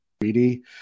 treaty